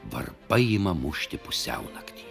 varpai ima mušti pusiaunaktį